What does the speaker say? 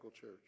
Church